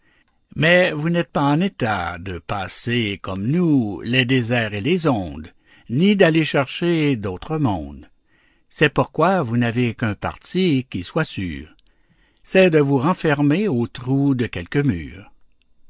mais vous n'êtes pas en état de passer comme nous les déserts et les ondes ni d'aller chercher d'autres mondes c'est pourquoi vous n'avez qu'un parti qui soit sûr c'est de vous renfermer au trou de quelque mur